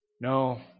no